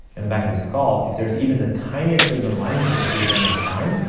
in the back of the skull, if there's even the tiniest bit of alignment issue within your spine,